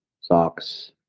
socks